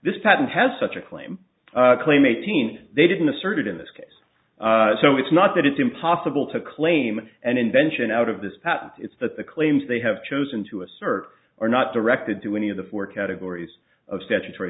this patent has such a claim claim eighteen they didn't assert it in this case so it's not that it's impossible to claim an invention out of this patent it's that the claims they have chosen to assert are not directed to any of the four categories of statutory